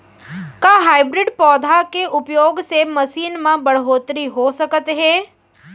का हाइब्रिड पौधा के उपयोग से फसल म बढ़होत्तरी हो सकत हे?